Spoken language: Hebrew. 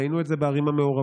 ראינו את זה בערים המעורבות,